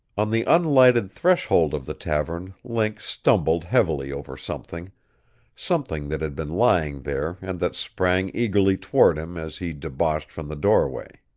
on the unlighted threshold of the tavern link stumbled heavily over something something that had been lying there and that sprang eagerly toward him as he debouched from the doorway.